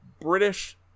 British